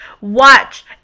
watch